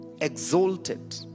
Exalted